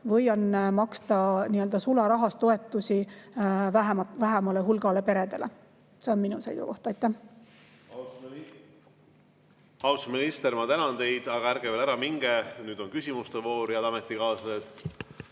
või tuleks maksta sularahas toetusi vähemale hulgale peredele? See on minu seisukoht. Aitäh! Austatud minister, ma tänan teid. Aga ärge veel ära minge. Nüüd on küsimuste voor, head ametikaaslased.